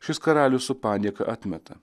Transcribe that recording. šis karalius su panieka atmeta